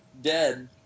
dead